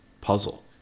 puzzle